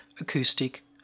acoustic